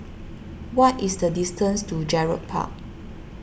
what is the distance to Gerald Park